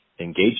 engaged